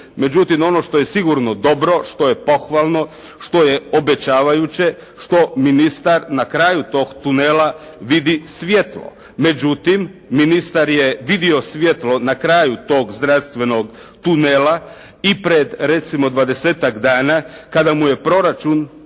Međutim, ono što je sigurno dobro, što je pohvalno, što je obećavajuće, što ministar na kraju tog tunela vidi svjetlo. Međutim, ministar je vidio svjetlo na kraju tog zdravstvenog tunela i pred recimo 20-ak dana kada mu je proračun,